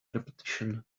repetition